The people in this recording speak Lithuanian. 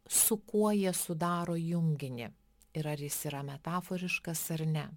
su kuo jie sudaro junginį ir ar jis yra metaforiškas ar ne